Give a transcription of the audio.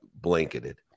blanketed